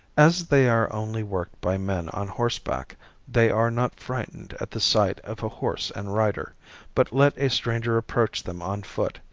as they are only worked by men on horseback they are not frightened at the sight of a horse and rider but let a stranger approach them on foot,